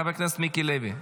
חבר הכנסת מיקי לוי.